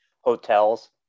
hotels